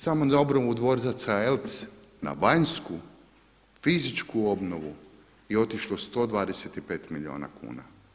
Samo na obnovu dvorca Eltz na vanjsku fizičku obnovu je otišlo 125 milijuna kuna.